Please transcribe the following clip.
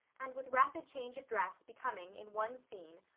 and with rapid change of dress becoming, in one scene,